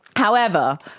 however,